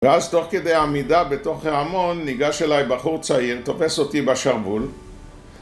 ואז תוך כדי העמידה בתוך ההמון ניגש אליי בחור צעיר, תופס אותי בשרוול